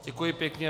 Děkuji pěkně.